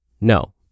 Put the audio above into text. no